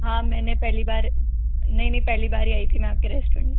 हाँ मैंने पहली बार नहीं नहीं पहली बार ही आई थी मैं आपके रेस्टोरेंट में